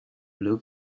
blue